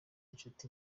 inshuti